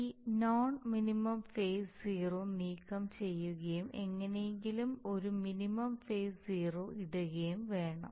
ഈ non minimum phase zero നീക്കം ചെയ്യുകയും എങ്ങനെയെങ്കിലും ഒരു മിനിമം ഫേസ് സീറോ ഇടുകയും വേണം